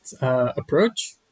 approach